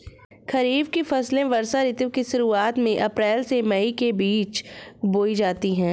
खरीफ की फसलें वर्षा ऋतु की शुरुआत में अप्रैल से मई के बीच बोई जाती हैं